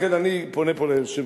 לכן אני פונה פה ליושב-ראש,